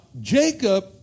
Jacob